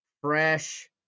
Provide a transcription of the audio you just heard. fresh